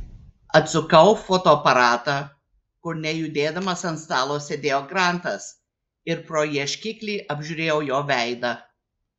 atsukau fotoaparatą kur nejudėdamas ant stalo sėdėjo grantas ir pro ieškiklį apžiūrėjau jo veidą